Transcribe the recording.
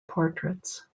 portraits